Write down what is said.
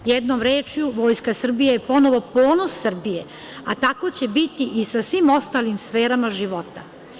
Jednom rečju Vojska Srbije je ponovo ponos Srbije, a tako će biti i sa svim ostalim sferama života.